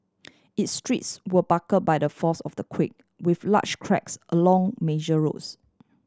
its streets were buckle by the force of the quake with large cracks along major roads